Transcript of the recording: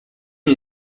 une